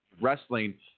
wrestling